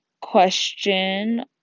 question